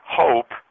hope